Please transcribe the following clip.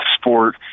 sport